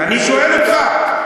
אני שואל אותך.